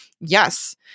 yes